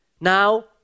Now